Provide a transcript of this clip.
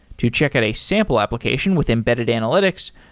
to check out a sample application with embedded analytics,